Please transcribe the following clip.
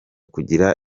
kugira